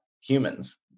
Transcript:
humans